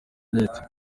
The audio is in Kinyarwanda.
leta